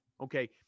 Okay